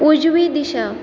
उजवी दिशा